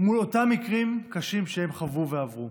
מול אותם מקרים קשים שהם חוו ועברו.